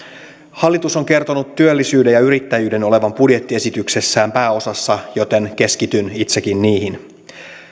hallitus on kertonut työllisyyden ja yrittäjyyden olevan budjettiesityksessään pääosassa joten keskityn itsekin niihin